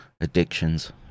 addictions